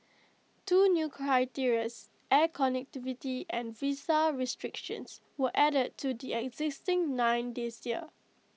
two new air connectivity and visa restrictions were added to the existing nine this year